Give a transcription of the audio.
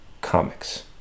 comics